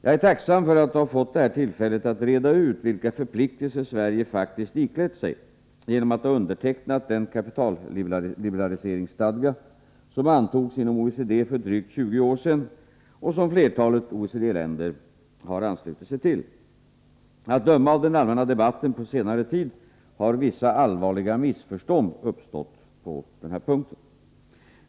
Jag är tacksam för att ha fått det här tillfället att reda ut vilka förpliktelser Sverige faktiskt iklätt sig genom att ha undertecknat den kapitalliberaliseringsstadga som antogs inom OECD för drygt 20 år sedan och som flertalet OECD-länder har anslutit sig till. Att döma av den allmänna debatten på senare tid har vissa allvarliga missförstånd uppstått på denna punkt.